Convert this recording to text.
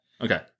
Okay